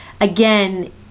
again